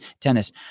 Tennis